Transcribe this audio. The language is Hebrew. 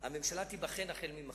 הממשלה תיבחן החל ממחר,